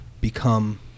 become